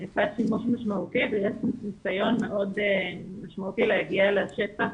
ונעשה שימוש משמעותי ויש ניסיון מאוד משמעותי להגיע לשטח